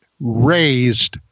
raised